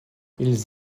ils